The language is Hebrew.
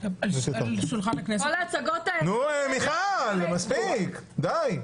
כל ההצגות האלה --- נו, מיכל, מספיק, די.